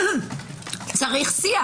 צריך שי.